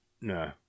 No